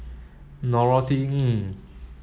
Norothy Ng